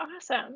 awesome